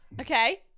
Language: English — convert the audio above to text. Okay